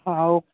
हां हो